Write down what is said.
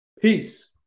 Peace